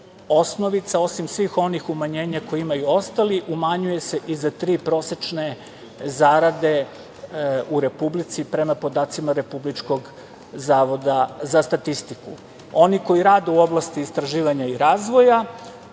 osnovica, osim svih onih umanjenja koje imaju ostali, umanjuje se i za tri prosečne zarade u Republici prema podacima Republičkog zavoda za statistiku. Oni koji rade u oblasti istraživanja i razvoja